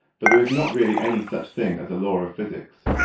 but there is not really any such thing as a law of physics.